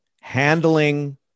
handling